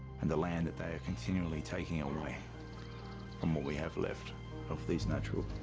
and the land that they are continually taking away from what we have left of these natural.